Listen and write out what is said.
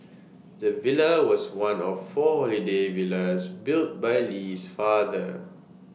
the villa was one of four holiday villas built by Lee's father